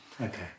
Okay